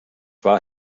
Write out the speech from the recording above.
war